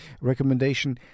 recommendation